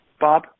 Bob